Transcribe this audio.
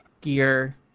gear